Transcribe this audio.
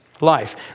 life